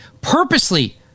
purposely